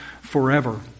forever